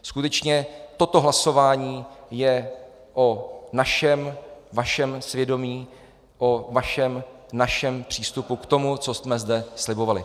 Skutečně toto hlasování je o našem, vašem svědomí, o vašem, našem přístupu k tomu, co jsme zde slibovali.